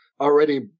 already